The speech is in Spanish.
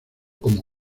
como